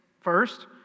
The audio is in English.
First